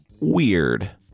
weird